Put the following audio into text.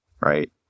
Right